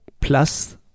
plus